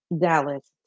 Dallas